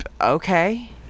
Okay